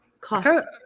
cost